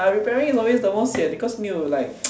ah preparing is always the most sian because need to like